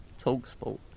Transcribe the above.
TalkSport